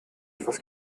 etwas